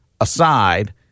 aside